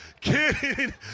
Kidding